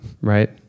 right